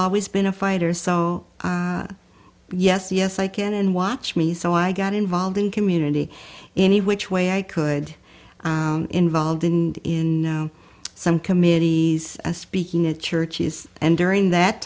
always been a fighter so yes yes i can and watch me so i got involved in community any which way i could involved in some committees speaking at churches and during that